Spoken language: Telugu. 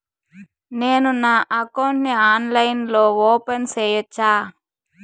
నేను నా అకౌంట్ ని ఆన్లైన్ లో ఓపెన్ సేయొచ్చా?